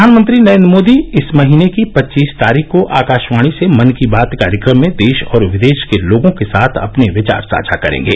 प्रधानमंत्री नरेंद्र मोदी इस महीने की पच्चीस तारीख को आकाशवाणी से मन की बात कार्यक्रम में देश और विदेश के लोगों के साथ अपने विचार साझा करेंगे